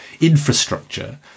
infrastructure